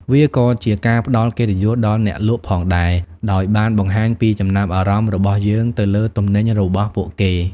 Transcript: វាក៏ជាការផ្តល់កិត្តិយសដល់អ្នកលក់ផងដែរ ដោយបានបង្ហាញពីចំណាប់អារម្មណ៍របស់យើងទៅលើទំនិញរបស់ពួកគេ។